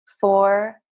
four